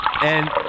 and-